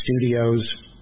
studios